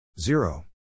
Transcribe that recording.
Zero